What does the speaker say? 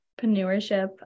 entrepreneurship